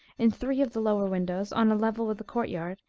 in three of the lower windows, on a level with the court-yard,